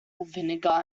vinegar